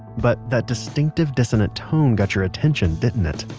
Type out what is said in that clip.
but that distinctive, dissonant tone got your attention, didn't it?